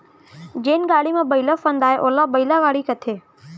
जेन गाड़ी म बइला फंदाये ओला बइला गाड़ी कथें